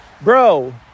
bro